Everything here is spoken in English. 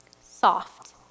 soft